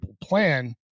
plan